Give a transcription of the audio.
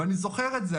אז זוכר את זה.